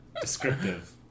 descriptive